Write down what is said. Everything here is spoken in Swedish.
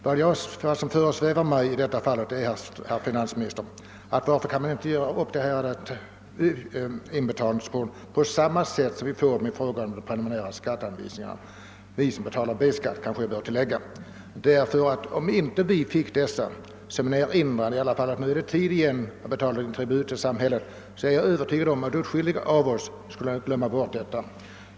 Vad som föresvävar mig, herr finansminister, är att man skulle kunna förfara på samma sätt med dessa inbetalningskort som när det gäller inbetalningen av B-skatt — vi som har sådan får ju en preliminärskatteanvisning. Jag är övertygad om att ifall vi inte fick denna erinran om att det nu är tid att betala en tribut till samhället, så skulle åtskilliga av oss glömma bort saken.